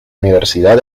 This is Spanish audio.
universidad